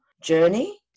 journey